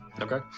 Okay